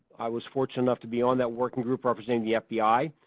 i was fortunate enough to be on that working group representing the fbi.